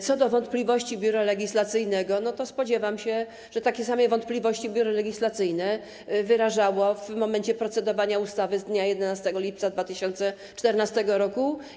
Co do wątpliwości Biura Legislacyjnego, to spodziewam się, że takie same wątpliwości Biuro Legislacyjne wyrażało w momencie procedowania nad ustawą z dnia 11 lipca 2014 r.